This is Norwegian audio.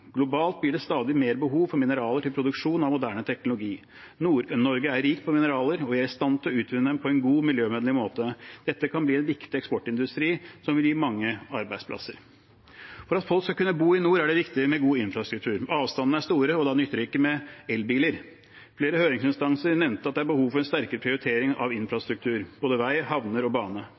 Globalt blir det stadig mer behov for mineraler til produksjon av moderne teknologi. Nord-Norge er rikt på mineraler, og vi er i stand til å utvinne dem på en god, miljøvennlig måte. Dette kan bli en viktig eksportindustri som vil gi mange arbeidsplasser. For at folk skal kunne bo i nord er det viktig med god infrastruktur. Avstandene er store, og da nytter det ikke med elbiler. Flere høringsinstanser nevnte at det er behov for en sterkere prioritering av infrastruktur, både vei, havner og bane.